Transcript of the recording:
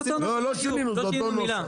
רגע רגע, לא שינינו, זה אותו נוסח.